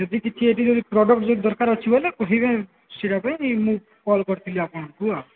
ଯଦି କିଛି ଏଇଠି ଯଦି ପ୍ରଡ଼କ୍ଟ ଯଦି ଦରକାର ଅଛି ବୋଲେ କହିବେ ପାଇଁ ମୁଁ କଲ୍ କରିଥିଲି ଆପଣଙ୍କୁ